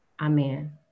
amen